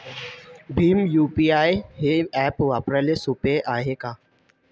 Bhim UPI हे app वापराले सोपे हाय का?